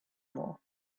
more